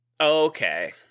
Okay